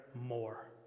more